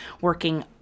working